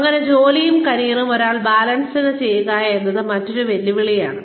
എങ്ങനെ ജോലിയും കരിയറും ഒരാൾ ബാലൻസ് ചെയ്യുക എന്നത് മറ്റൊരു വെല്ലുവിളിയാണ്